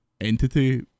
entity